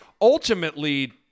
ultimately